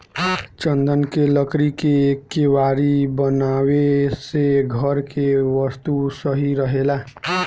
चन्दन के लकड़ी के केवाड़ी बनावे से घर के वस्तु सही रहेला